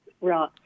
Right